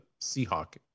seahawk